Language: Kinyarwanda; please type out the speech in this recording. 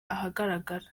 ahagaragara